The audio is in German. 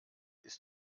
ist